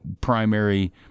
primary